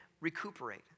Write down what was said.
recuperate